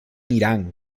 irán